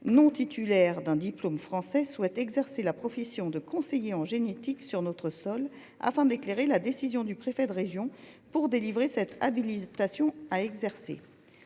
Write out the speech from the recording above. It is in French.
non titulaire d’un diplôme français souhaite exercer la profession de conseiller en génétique sur notre sol. Cette structure tend à éclairer la décision du préfet de région sur la délivrance de cette habilitation à exercer.